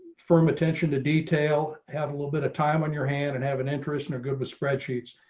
firm attention to detail, have a little bit of time on your hand and have an interest in are good with spreadsheets,